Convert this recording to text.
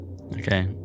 Okay